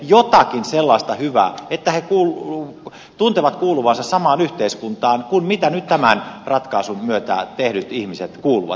jotakin sellaista hyvää että he tuntevat kuuluvansa samaan yhteiskuntaan kuin mihin nyt tämän ratkaisun myötä muut ihmiset kuuluvat